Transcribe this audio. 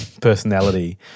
personality